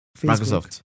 Microsoft